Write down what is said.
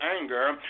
anger